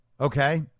Okay